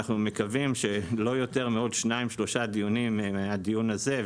אנחנו מקווים שלא יותר מעוד שניים-שלושה דיונים מהדיון הזה,